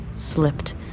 Slipped